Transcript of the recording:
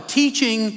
teaching